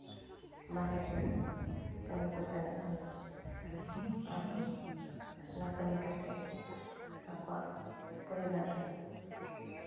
ᱵᱟᱦᱨᱮ ᱥᱮᱱ ᱠᱟᱹᱢᱤ ᱠᱚ ᱪᱟᱞᱟᱜ ᱠᱟᱱᱟ ᱟᱨ ᱚᱱᱟ ᱠᱟᱹᱢᱤ ᱠᱟᱛᱮ ᱟᱠᱚᱣᱟᱜ ᱯᱚᱨᱤᱵᱟᱨ ᱨᱮ